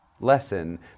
lesson